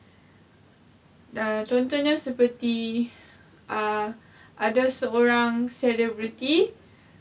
err contohnya seperti uh ada seorang celebrity